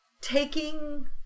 taking